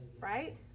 right